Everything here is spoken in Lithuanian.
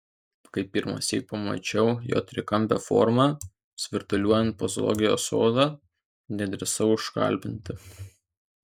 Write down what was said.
kai pirmąsyk pamačiau jo trikampę formą svirduliuojant po zoologijos sodą neišdrįsau užkalbinti